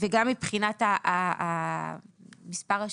וגם מבחינת מספר השנים?